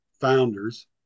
founders